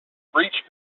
breech